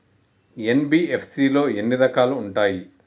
NBFC లో ఎన్ని రకాలు ఉంటాయి?